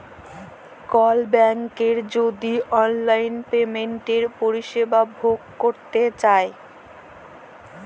call ব্যাংকের যদি অললাইল পেমেলটের পরিষেবা ভগ ক্যরতে চায়